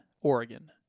Oregon